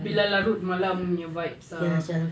bila larut malam punya vibes ah